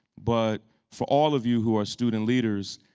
but for all of you who are student leaders,